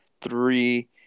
three